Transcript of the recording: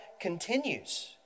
continues